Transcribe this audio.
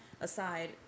aside